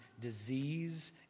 disease